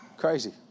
crazy